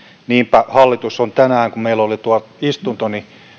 niinpä hallituksessa tänään kun meillä oli tuo istunto